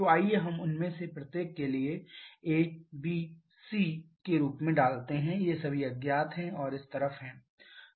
तो आइए हम उनमें से प्रत्येक के लिए a b और c के रूप में डालते हैं ये सभी अज्ञात और इस तरफ हैं